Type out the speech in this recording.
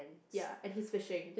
ya and he is fishing